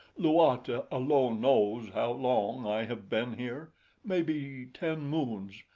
luata alone knows how long i have been here maybe ten moons,